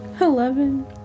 Eleven